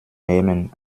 nehmen